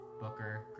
Booker